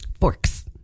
Forks